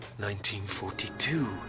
1942